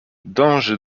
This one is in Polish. dąży